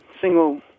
single